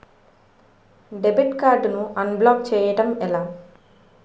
Debit card ను unblock block చేయటం ఎలా?